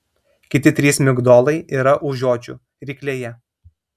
kiti trys migdolai yra už žiočių ryklėje